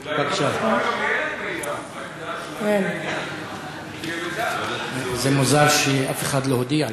אולי, מידע, זה מוזר שאף אחד לא הודיע לו.